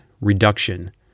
reduction